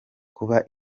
kuba